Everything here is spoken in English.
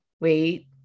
wait